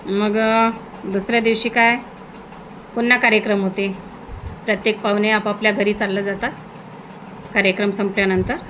मग दुसऱ्या दिवशी काय पुन्हा कार्यक्रम होते प्रत्येक पाहुणे आपापल्या घरी चालल्या जातात कार्यक्रम संपल्यानंतर